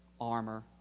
armor